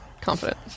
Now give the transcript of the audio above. confident